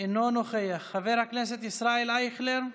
אינו נוכח, חבר הכנסת ישראל אייכלר,